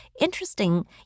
Interesting